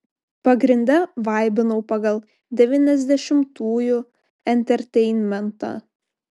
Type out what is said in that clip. pagrinde vaibinau pagal devyniasdešimtųjų enterteinmentą